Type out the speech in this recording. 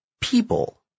people